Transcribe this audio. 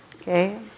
okay